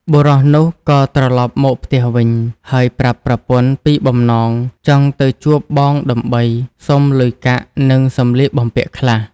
បុរសនោះក៏ត្រឡប់មកផ្ទះវិញ ហើយប្រាប់ប្រពន្ធពីបំណងចង់ទៅជួបបងដើម្បីសុំលុយកាក់ និងសម្លៀកបំពាក់ខ្លះ។